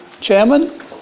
Chairman